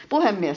puhemies